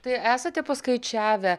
tai esate paskaičiavę